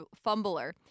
fumbler